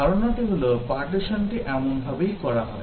ধারণাটি হল পার্টিশনটি এমনভাবেই করা হয়